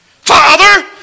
Father